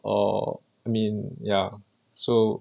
or I mean ya so